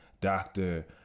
doctor